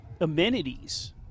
amenities